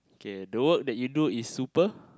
okay the work that you do is super